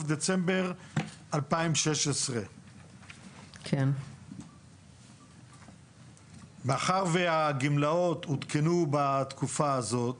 חודש דצמבר 2016. מאחר והגמלאות עודכנו בתקופה הזאת